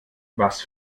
was